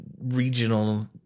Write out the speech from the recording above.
regional